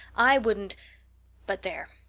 i wouldn't but there!